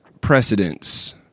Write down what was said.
precedents